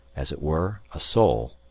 as it were, a soul,